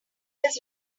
his